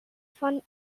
von